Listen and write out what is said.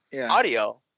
audio